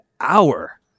hour